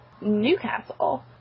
Newcastle